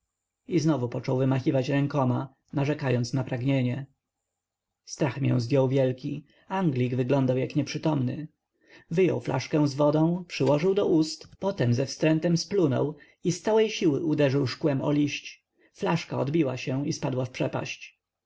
wezmą i znowu począł wymachiwać rękoma narzekając na pragnienie strach mię zjął wielki anglik wyglądał jak nieprzytomny wyjął flaszkę z wodą przyłożył do ust potem ze wstrętem splunął i z całej siły uderzył szkłem o liść flaszka odbiła się i spadła w przepaść